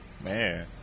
Man